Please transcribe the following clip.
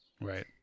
right